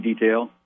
detail